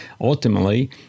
ultimately